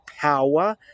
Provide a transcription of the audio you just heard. power